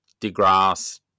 deGrasse